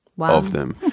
one of them,